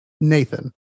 Nathan